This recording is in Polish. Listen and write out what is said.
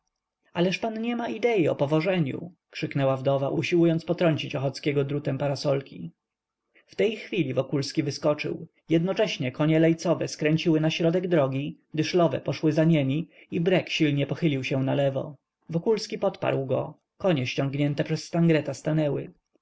ależ pan nie ma idei o powożeniu krzyknęła wdowa usiłując potrącić ochockiego drutem parasolki w tej chwili wokulski wyskoczył jednocześnie konie lejcowe skręciły na środek drogi dyszlowe poszły za niemi i brek silnie pochylił się nalewo wokulski podparł go konie ściągnięte przez stangreta stanęły